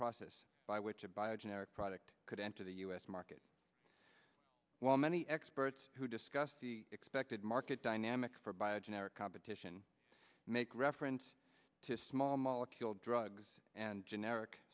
process by which a bio generic product could enter the u s market while many experts who discuss the expected market dynamic for by a generic competition make reference to small molecule drugs and generic